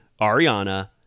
ariana